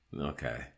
Okay